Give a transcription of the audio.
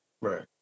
Right